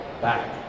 back